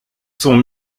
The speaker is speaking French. sont